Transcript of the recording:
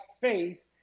faith